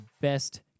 best